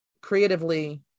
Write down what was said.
creatively